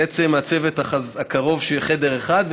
בעצם הצוות הקרוב של חדר אחד,